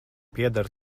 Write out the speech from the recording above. pieder